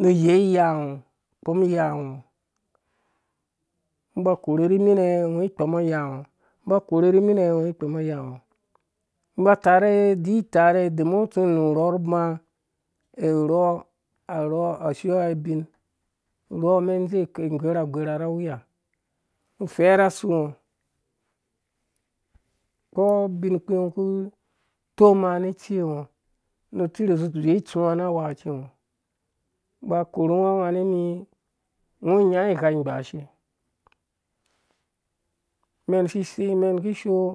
ni iyei iyango kpɔm iyango ungo uba ukore rimi nɛ ungo ikpɔmɔ iyango ungo uba utaro idi tare domin ungo utsi unurhɔ ru uba rhɔ arhɔ asi iwea ubin urhɔ umɛn indzɛ ingwerha agwehava aweiya ufɛr asungo ukpo ubinkpi ungo uku itom ni itsi ngo nu utiruizi udzowe itsuwa na awakacingo ungo uba ukoru unganimi ungo inyaɔ igha ingbaasher umɛn isi iseimen kishoo,